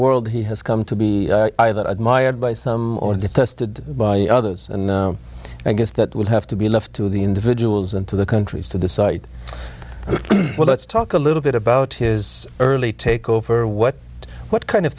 world he has come to be either admired by some or detested by others and i guess that would have to be left to the individuals and to the countries to decide well let's talk a little bit about his early take over what what kind of